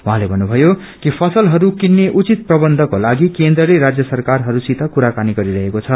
उसँले भन्नुभयो कि फसलहरू किन्ने उचित प्रकन्थको लागि केन्द्रते राज्य सरकारहस्तसित कुराकानी गरिरहेको छ